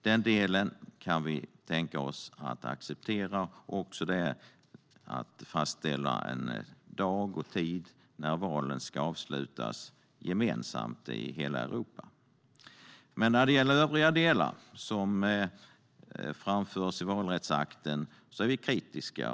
Den delen kan vi tänka oss att acceptera, likaså att fastställa en dag och tid när valen ska avslutas gemensamt i hela Europa. När det gäller övriga förslag som framförs om valrättsakten är vi kritiska.